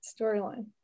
storyline